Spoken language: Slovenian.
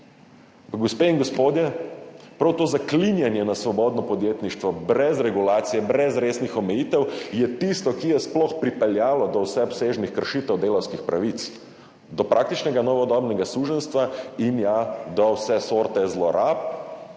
vse. Gospe in gospodje, prav to zaklinjanje svobodnega podjetništva brez regulacije, brez resnih omejitev je tisto, ki je sploh pripeljalo do vseobsežnih kršitev delavskih pravic, do praktično novodobnega suženjstva in, ja, do vse sorte zlorab